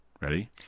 Ready